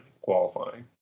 qualifying